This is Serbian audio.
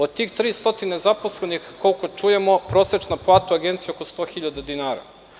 Od tih 300 zaposlenih, koliko čujemo, prosečna plata u Agenciji je oko 100.000 dinara.